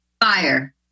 Fire